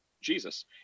Jesus